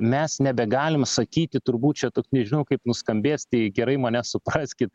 mes nebegalim sakyti turbūt čia tik nežinau kaip nuskambės tai gerai mane supraskit